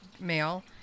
male